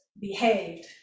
behaved